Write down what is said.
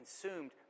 consumed